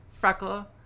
Freckle